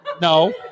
No